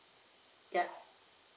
ya